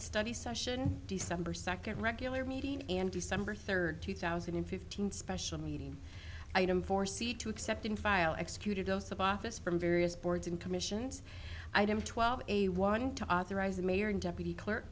study session december second regular meeting and december third two thousand and fifteen special meeting item for c to accept in file executed oath of office from various boards and commissions item twelve a one to authorize the mayor and deputy clerk